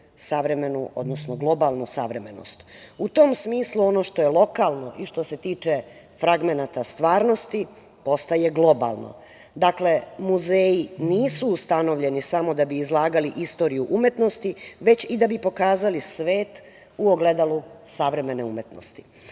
odnosno globalnu savremenost. U tom smislu, ono što je lokalno i što se tiče fragmenata stvarnosti ostaje globalno. Dakle, muzeji nisu ustanovljeni samo da bi izlagali istoriju umetnosti, već i da bi pokazali svet u ogledalu savremene umetnosti. Kada